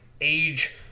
age